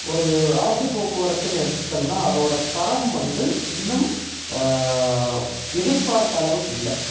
ஒரு அரசு போக்குவரத்துன்னு எடுத்துக்கிட்டோம்னா அதோடய தரம் வந்து இன்னும் எதிர்பார்த்த அளவுக்கு இல்லை